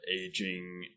aging